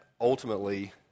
ultimately